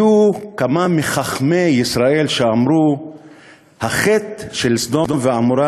כמה מחכמי ישראל אמרו שהחטא של סדום ועמורה